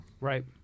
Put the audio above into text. Right